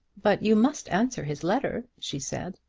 but you must answer his letter, she said.